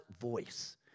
voice